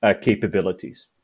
capabilities